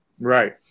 Right